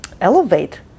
elevate